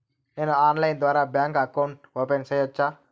నేను ఆన్లైన్ ద్వారా bank account open సేయొచ్చా?